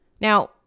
Now